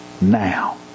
now